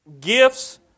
gifts